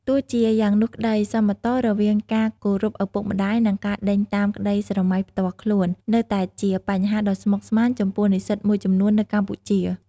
ទោះជាយ៉ាងនោះក្ដី សមតុល្យរវាងការគោរពឪពុកម្ដាយ និងការដេញតាមក្ដីស្រមៃផ្ទាល់ខ្លួន នៅតែជាបញ្ហាដ៏ស្មុគស្មាញចំពោះនិស្សិតមួយចំនួននៅកម្ពុជា។